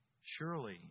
Surely